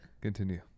continue